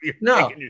no